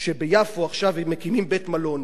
שביפו עכשיו הם מקימים בית-מלון,